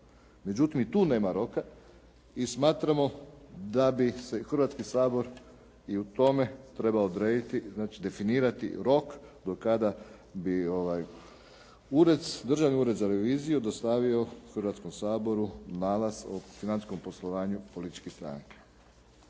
Međutim, i tu nema roka i smatramo da bi se Hrvatski sabor i u tome trebao odrediti, znači definirati rok do kada bi Državni ured za reviziju dostavio Hrvatskom saboru nalaz o financijskom poslovanju političkih stranaka.